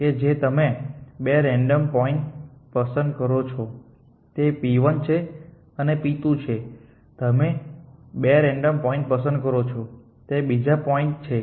કે તમે 2 random point પસંદ કરો છો તે p1 છે અને તે p2 છે તમે 2 રેન્ડમ પોઇન્ટ પસંદ કરો છો તે બીજા પોઇન્ટ છે